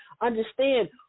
Understand